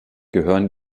gehören